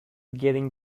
getting